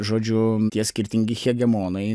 žodžiu tie skirtingi hegemonai